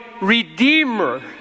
Redeemer